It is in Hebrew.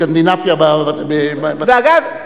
אגב,